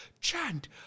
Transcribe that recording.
Chant